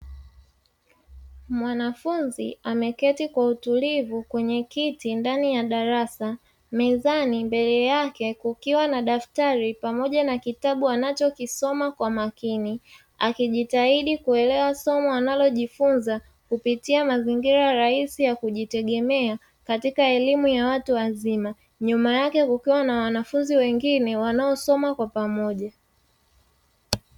Mwanafunzi ameketi kwa utulivu kwenye kiti ndani ya darasa, mezani mbele yake kukiwa na daftari pamoja na kitabu anachokisoma kwa makini, akijitahidi kuelewa somo analojifunza kupitia mazingira rahisi ya kujitegemea katika elimu ya watu wazima, nyuma yake kukiwa na wanafunzi wengine wanaosoma kwa pamoja.